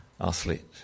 athlete